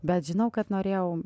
bet žinau kad norėjau